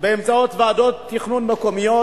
באמצעות ועדות תכנון מקומיות,